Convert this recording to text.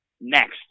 next